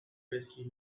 whiskey